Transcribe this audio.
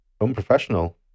Unprofessional